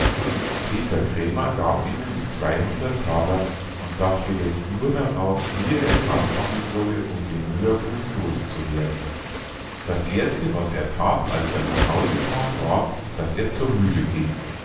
peter krämer gab ihnen die zweihundert thaler und dachte jetzt nur darauf wie er es anfangen solle um den müllerbuben los zu werden das erste was er that als er nach hause kam war daß er zur mühle ging